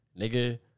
nigga